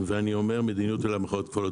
ואני אומר מדיניות על המכולות הכפולות